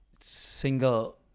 single